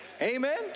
Amen